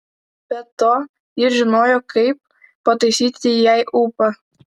be to jis žinojo kaip pataisyti jai ūpą